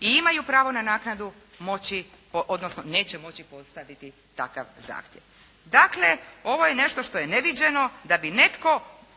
i imaju pravo na naknadu, moći odnosno neće moći postaviti takav zahtjev. Dakle, ovo je nešto što je neviđeno,